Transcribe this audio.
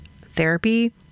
therapy